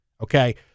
Okay